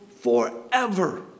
forever